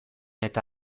eta